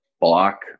Block